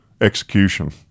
Execution